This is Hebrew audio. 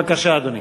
בבקשה, אדוני.